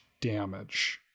damage